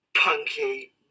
punky